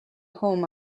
home